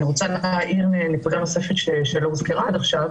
אני רוצה להעיר נקודה נוספת שלא הוזכרה עד עכשיו,